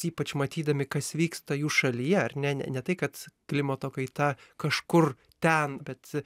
ypač matydami kas vyksta jų šalyje ar ne ne ne tai kad klimato kaita kažkur ten bet